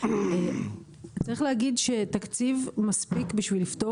צריך להגיד שתקציב מספיק בשביל לפתור